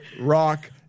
rock